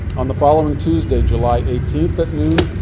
on the following tuesday, july eighteen at noon,